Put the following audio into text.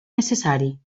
necessari